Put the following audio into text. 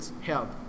help